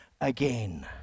again